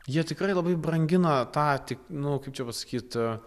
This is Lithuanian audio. jie tikrai labai brangina tą tik nu kaip čia pasakyt